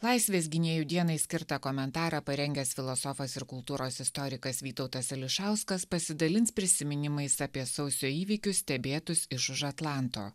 laisvės gynėjų dienai skirtą komentarą parengęs filosofas ir kultūros istorikas vytautas ališauskas pasidalins prisiminimais apie sausio įvykių stebėtus iš už atlanto